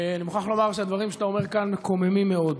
אני מוכרח לומר שהדברים שאתה אומר כאן מקוממים מאוד.